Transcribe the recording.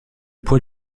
poil